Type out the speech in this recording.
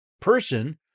person